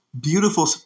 beautiful